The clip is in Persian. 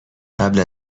قبل